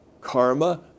Karma